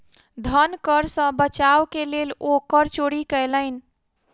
धन कर सॅ बचाव के लेल ओ कर चोरी कयलैन